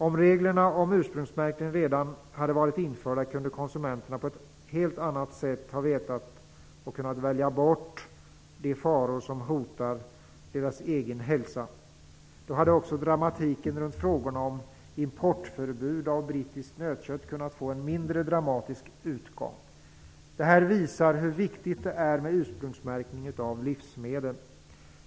Om reglerna om ursprungsmärkning redan hade varit införda skulle konsumenterna på ett helt annat sätt haft kunskap och haft möjlighet att välja bort de faror som hotar deras egen hälsa. Då hade också dramatiken runt frågorna om importförbud av brittiskt nötkött kunnat få en mindre dramatisk utgång. Detta visar hur viktigt det är med ursprungsmärkning av livsmedel.